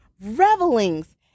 Revelings